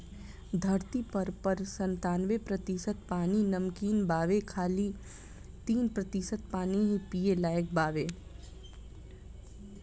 धरती पर पर संतानबे प्रतिशत पानी नमकीन बावे खाली तीन प्रतिशत पानी ही पिए लायक बावे